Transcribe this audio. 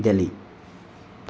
Delhi